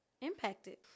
impacted